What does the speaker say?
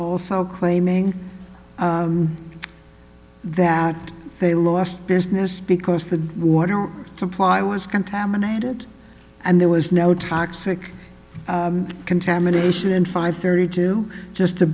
also claiming that they lost business because the water supply was contaminated and there was no toxic contamination in five thirty to just a